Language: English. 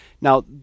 Now